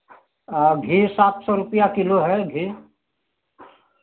और घी सात सौ रुपया किलो है घी